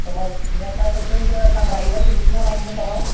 त मां जीअं असां सुठो ईंदो आहे असां ड्राइवर बि सुठो हलाइंदो अथव